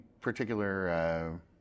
particular